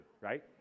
right